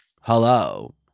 hello